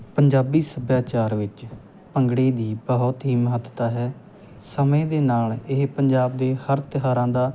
ਪੰਜਾਬੀ ਸੱਭਿਆਚਾਰ ਵਿੱਚ ਭੰਗੜੇ ਦੀ ਬਹੁਤ ਹੀ ਮਹੱਤਤਾ ਹੈ ਸਮੇਂ ਦੇ ਨਾਲ ਇਹ ਪੰਜਾਬ ਦੇ ਹਰ ਤਿਉਹਾਰਾਂ ਦਾ